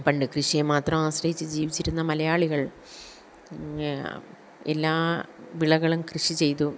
പണ്ട് കൃഷിയെ മാത്രം ആശ്രയിച്ച് ജീവിച്ചിരുന്ന മലയാളികൾ എല്ലാ വിളകളും കൃഷി ചെയ്തു